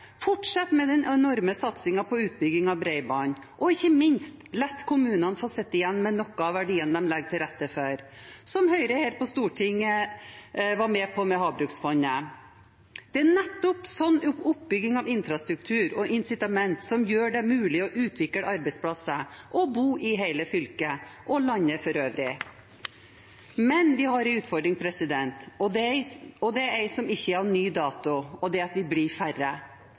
med den enorme satsingen på utbyggingen av bredbånd, og, ikke minst, la kommunene få sitte igjen med noen av de verdiene de legger til rette for, slik som Høyre her på Stortinget var med på med Havbruksfondet. Det er nettopp en slik oppbygging av infrastruktur og incitamenter som gjør det mulig å utvikle arbeidsplasser og bo i hele fylket – og landet for øvrig. Men vi har en utfordring, som ikke er av ny dato, og det er at vi blir færre.